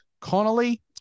Connolly